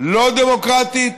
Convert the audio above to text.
ולא דמוקרטית,